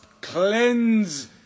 cleanse